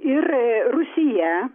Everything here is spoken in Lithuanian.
ir rūsyje